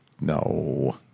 No